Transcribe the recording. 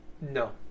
No